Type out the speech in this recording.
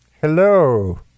Hello